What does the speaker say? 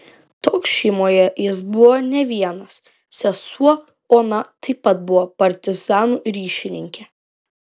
toks šeimoje jis buvo ne vienas sesuo ona taip pat buvo partizanų ryšininkė